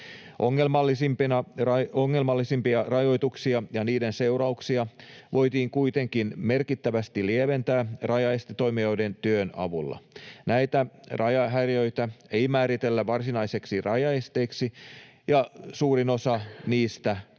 Ongelmallisimpia rajoituksia ja niiden seurauksia voitiin kuitenkin merkittävästi lieventää rajaestetoimijoiden työn avulla. Näitä rajahäiriöitä ei määritellä varsinaisiksi rajaesteiksi, ja suurin osa niistä on